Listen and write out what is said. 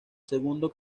segundo